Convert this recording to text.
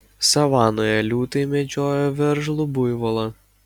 savanoje liūtai medžiojo veržlų buivolą